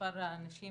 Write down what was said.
שמספר הנשים